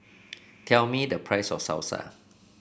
tell me the price of Salsa